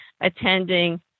attending